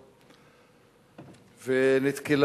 תלונות,